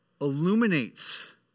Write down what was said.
illuminates